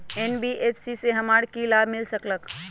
NBFC से हमार की की लाभ मिल सक?